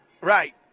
Right